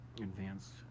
Advanced